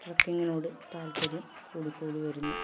ട്രക്കിങ്ങിനോട് താത്പര്യം കൂടിക്കൂടി വരുന്നു